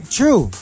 true